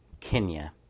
Kenya